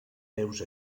heus